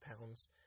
pounds